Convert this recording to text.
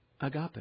agape